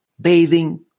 bathing